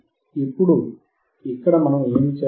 ఇప్పుడు ఇక్కడ మనము ఏమి చేస్తాము